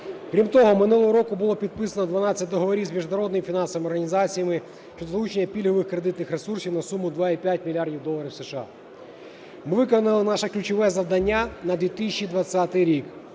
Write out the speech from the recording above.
Крім того, минулого року було підписано 12 договорів з міжнародними фінансовими організаціями щодо залучення пільгових кредитних ресурсів 2,5 мільярда доларів США. Ми виконали наше ключове завдання на 2020 рік.